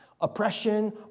Oppression